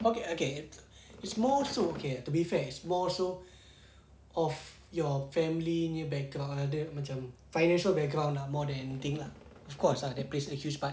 okay okay it is more so okay to be fair is more so of your family punya background dia macam financial background ah more than anything lah of course lah that plays a huge part